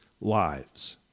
lives